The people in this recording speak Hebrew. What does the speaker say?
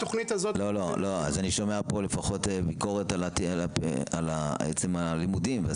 אני שומע פה ביקורת על עצם הלימודים ועל